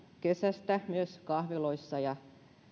kesästä myös kahviloissa ja